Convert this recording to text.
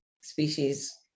species